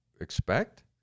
Expect